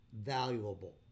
valuable